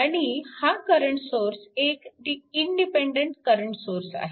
आणि हा current source एक इंडिपेन्डन्ट करंट सोर्स आहे